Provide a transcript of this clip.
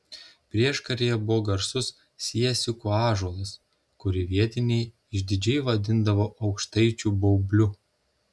prieškaryje buvo garsus siesikų ąžuolas kurį vietiniai išdidžiai vadindavo aukštaičių baubliu